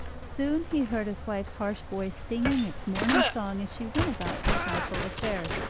soon he heard his wife's harsh voice singing its morning song as she went about her household affairs,